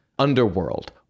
underworld